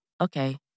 okay